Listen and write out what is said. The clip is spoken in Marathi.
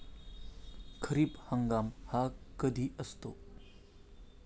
खरीप हंगाम हा कधी असतो?